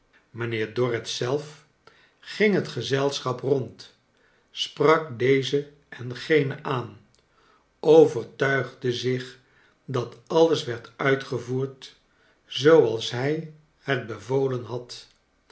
mijnheer dorrit zelf ging het gezelschap rond sprak dezen en genen aan overtuigde zich dat alles werd uitgevoerd zooals hij het bevolen had